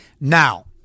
Now